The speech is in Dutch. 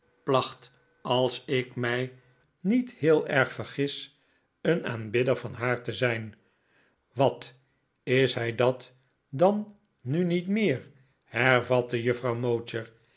placht als ik mij niet heel erg vergis een aanbidder van haar te zijn wat is hij dat dan nu niet meer hervatte